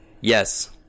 Yes